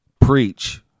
preach